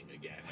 again